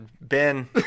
Ben